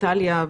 נטליה,